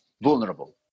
vulnerable